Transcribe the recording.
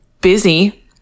busy